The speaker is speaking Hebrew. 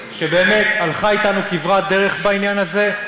שהלכה אתנו כברת דרך בעניין הזה.